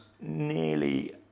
nearly